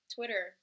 Twitter